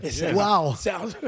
Wow